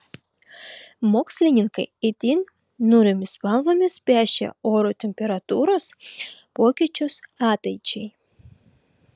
mokslininkai itin niūriomis spalvomis piešia oro temperatūros pokyčius ateičiai